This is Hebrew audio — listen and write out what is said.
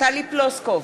טלי פלוסקוב,